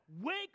wake